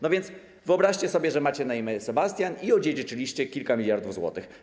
No więc wyobraźcie sobie, że macie na imię Sebastian i odziedziczyliście kilka miliardów złotych.